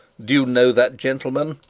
do you know that gentleman